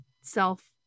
self